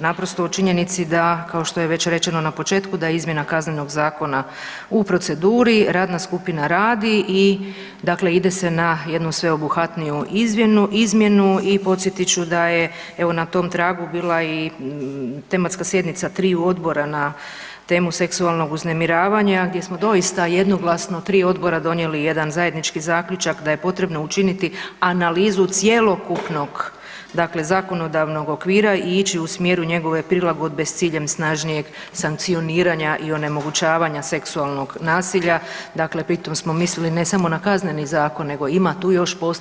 naprosto o činjenici da kao što je već rečeno na početku da je izmjena KZ-a u proceduri, radna skupina radi i dakle ide se na jednu sveobuhvatniju izmjenu i podsjetit ću da je evo na tom tragu bila i tematska sjednica triju odbora na temu seksualnog uznemiravanja gdje smo doista jednoglasno tri odbora donijeli jedan zajednički zaključak da je potrebno učiniti analizu cjelokupnog dakle zakonodavnog okvira i ići u smjeru njegove prilagodbe s ciljem snažnijeg sankcioniranja i onemogućavanja seksualnog nasilja, dakle pri tom smo mislili ne samo na KZ nego ima tu još posla.